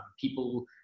People